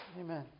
Amen